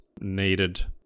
needed